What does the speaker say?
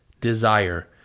desire